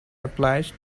applies